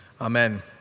Amen